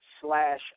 slash